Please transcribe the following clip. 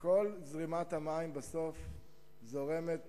בסוף כל זרימת המים זורמת דרכנו,